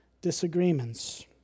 disagreements